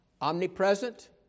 Omnipresent